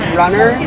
runner